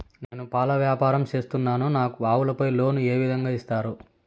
నేను పాల వ్యాపారం సేస్తున్నాను, నాకు ఆవులపై లోను ఏ విధంగా ఇస్తారు